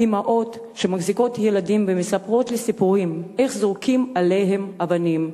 אמהות שמחזיקות ילדים ומספרות לי סיפורים איך זורקים עליהם אבנים.